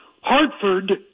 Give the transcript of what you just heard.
Hartford